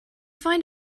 find